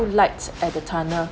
still lights at the tunnel